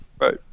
right